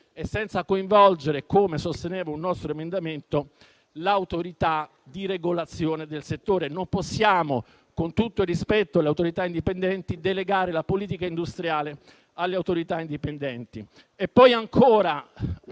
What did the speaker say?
senza coinvolgere, come sosteneva un nostro emendamento, l'Autorità di regolazione del settore. Non possiamo, con tutto il rispetto delle autorità indipendenti, delegare loro la politica industriale. Poi ancora, avete